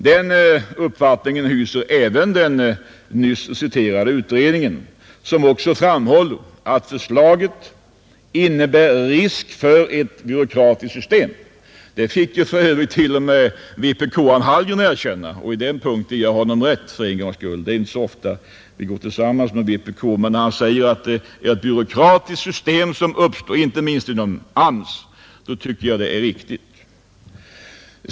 Denna uppfattning hyser även den nyss citerade utredningen, som också framhåller att förslaget innebär risk för ett byråkratiskt system. Det fick t.o.m. vpk:aren Hallgren erkänna, och på den punkten ger jag honom rätt för en gångs skull — det är inte så ofta vi tycker som vpk, men när han säger att det är ett byråkratiskt system som uppstår inte minst inom AMS, tycker jag det är riktigt.